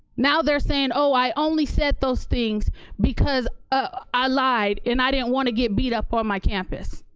now they're saying, oh, i only said those things because ah i lied and i didn't wanna get beat up on my campus.